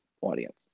audience